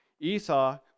Esau